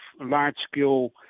large-scale